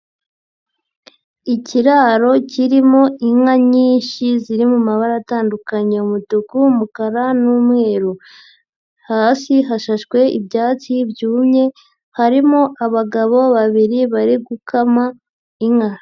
Ikiraro kirimo inka nyinshi ziri mu mabara atandukanye umutuku, umukara n'umweru. Hasi hashashwe ibyatsi byumye harimo abagabo babiri bari gukama inka.